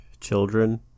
Children